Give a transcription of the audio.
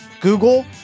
Google